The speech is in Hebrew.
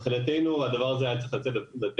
מבחינתנו הדבר הזה היה צריך לצאת לדרך,